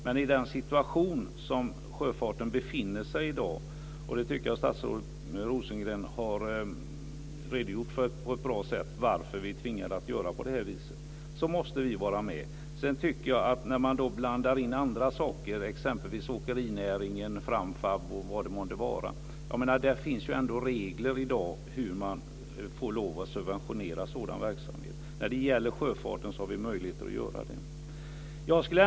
Men i den situation som sjöfarten befinner sig i i dag - statsrådet Rosengren har på ett bra sätt redogjort för varför vi är tvingade till detta - måste vi vara med. Men sedan blandar man in t.ex. åkerinäringen, Framfab osv. Det finns i dag regler för hur sådan verksamhet får subventioneras. Vi har möjligheter att göra det för sjöfarten.